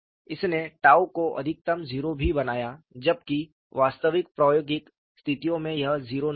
इसने को अधिकतम 0 भी बनाया जबकि वास्तविक प्रायोगिक स्थितियों में यह 0 नहीं है